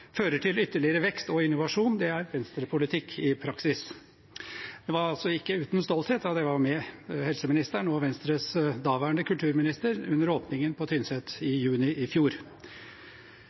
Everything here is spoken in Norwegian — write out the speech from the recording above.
fører til ytterligere vekst og innovasjon. Det er Venstre-politikk i praksis. Det var ikke uten stolthet at jeg var med helseministeren og Venstres daværende kulturminister under åpningen på Tynset i juni i fjor.